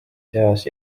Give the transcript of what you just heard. seas